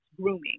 grooming